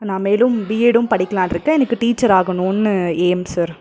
நான் மேலும் பிஎட்டும் படிக்கலான்ருக்கன் எனக்கு டீச்சர் ஆகணும்னு ஏம் சார்